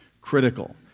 critical